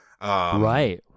Right